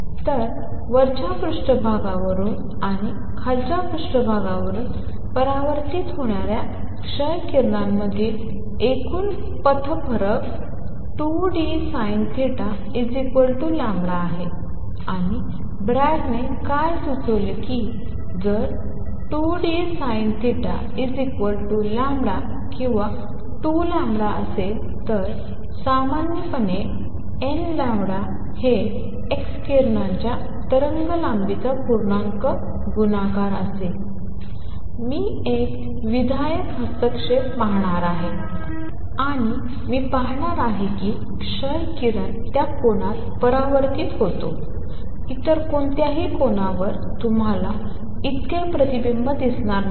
तर वरच्या पृष्ठभागावरून आणि खालच्या पृष्ठभागावरून परावर्तित होणाऱ्या क्ष किरणांमधील एकूण पथ फरक 2dSinθλ आहे आणि ब्रॅगने काय सुचवले की जर 2dSinθ λ किंवा 2λ असेल तर सामान्यपणे n λ हे x किरणांच्या तरंगलांबीचा पूर्णांक गुणाकार असेल मी एक विधायक हस्तक्षेप पाहणार आहे आणि मी पाहणार आहे की क्ष किरण त्या कोनात परावर्तित होतो इतर कोणत्याही कोनावर तुम्हाला इतके प्रतिबिंब दिसणार नाही